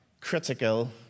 critical